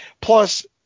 Plus